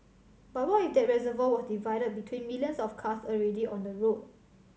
but what if that reservoir was divided between millions of cars already on the road